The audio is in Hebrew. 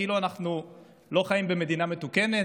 כאילו אנחנו לא חיים במדינה מתוקנת,